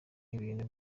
ibintu